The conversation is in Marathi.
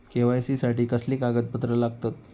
के.वाय.सी साठी कसली कागदपत्र लागतत?